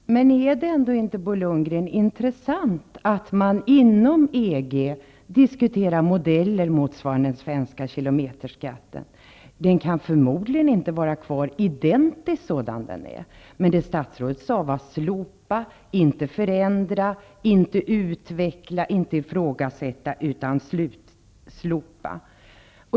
Herr talman! Är det ändå inte, Bo Lundgren, intressant att man inom EG diskuterar modeller motsvarande den svenska kilometerskatten? Den kan förmodligen inte bli kvar identisk sådan den är, men statsrådet sade ju bara slopa, inte förändra, inte utveckla och inte ifrågasätta.